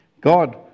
God